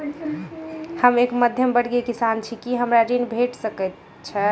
हम एक मध्यमवर्गीय किसान छी, की हमरा कृषि ऋण भेट सकय छई?